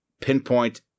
pinpoint